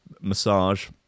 massage